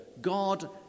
God